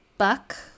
Buck